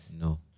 no